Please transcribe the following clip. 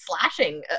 slashing